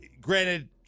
Granted